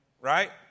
right